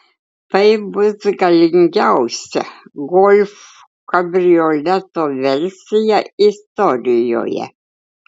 tai bus galingiausia golf kabrioleto versija istorijoje